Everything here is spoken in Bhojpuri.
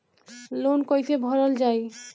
लोन कैसे भरल जाइ?